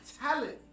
Talent